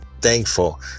thankful